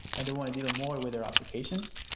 and they want to deal more with their applications.